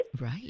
Right